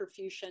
perfusion